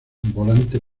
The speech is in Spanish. volante